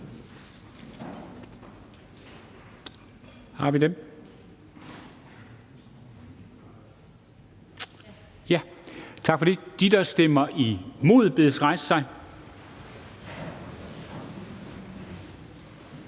rejse sig. Tak for det. De, der stemmer imod, bedes rejse sig.